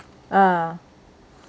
ah